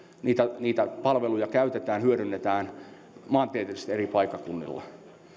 niitä niitä palveluja käytetään hyödynnetään maantieteellisesti eri paikkakunnilla